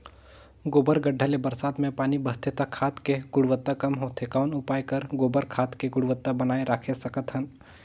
गोबर गढ्ढा ले बरसात मे पानी बहथे त खाद के गुणवत्ता कम होथे कौन उपाय कर गोबर खाद के गुणवत्ता बनाय राखे सकत हन?